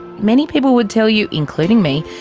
many people would tell you. including me.